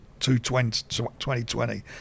2020